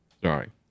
Sorry